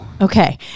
Okay